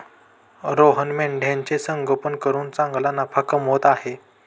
रोहन मेंढ्यांचे संगोपन करून चांगला नफा कमवत आहे